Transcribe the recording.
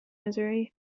misery